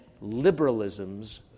liberalism's